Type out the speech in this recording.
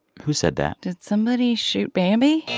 who said that? did somebody shoot bambi?